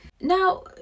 Now